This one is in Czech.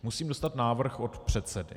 Musím dostat návrh od předsedy.